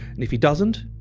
and if he doesn't,